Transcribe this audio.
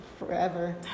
forever